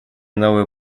новые